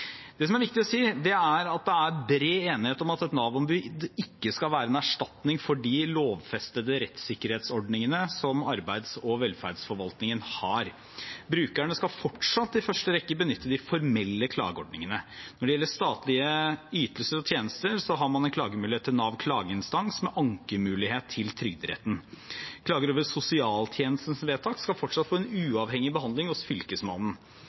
Det som er viktig å si, er at det er bred enighet om at et Nav-ombud ikke skal være en erstatning for de lovfestede rettssikkerhetsordningene som arbeids- og velferdsforvaltningen har. Brukerne skal fortsatt i første rekke benytte de formelle klageordningene. Når det gjelder statlige ytelser og tjenester, har man en klagemulighet til Nav klageinstans, med ankemulighet til Trygderetten. Klager over sosialtjenestens vedtak skal fortsatt få en uavhengig behandling hos Fylkesmannen.